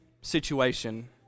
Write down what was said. situation